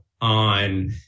on